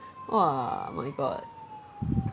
!wah! my god